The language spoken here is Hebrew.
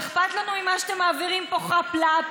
ואכפת לנו ממה שאתם מעבירים פה חאפ-לאפ,